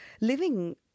living